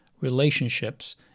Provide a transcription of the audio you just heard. relationships